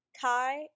Kai